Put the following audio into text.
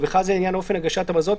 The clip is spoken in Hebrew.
ובכלל זה לעניין אופן הגשת המזון,